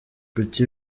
kuki